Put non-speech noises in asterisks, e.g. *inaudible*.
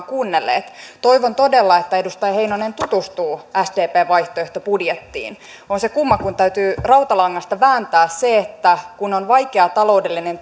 *unintelligible* kuunnelleet toivon todella että edustaja heinonen tutustuu sdpn vaihtoehtobudjettiin on se kumma kun täytyy rautalangasta vääntää se että kun on vaikea taloudellinen *unintelligible*